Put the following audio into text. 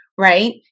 Right